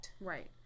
Right